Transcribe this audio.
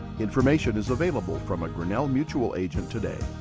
information is available from a grinnell mutual agent today.